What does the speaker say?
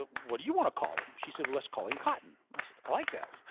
but what do you want to call him? she said, well, let's call him cotton. i said, i like that.